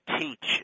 teach